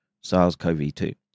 SARS-CoV-2